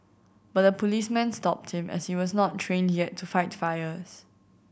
but the policeman stopped him as he was not trained yet to fight fires